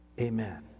Amen